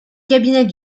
cabinet